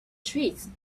trees